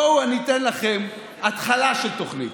בואו אני אתן לכם התחלה של תוכנית: